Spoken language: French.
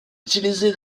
utilisé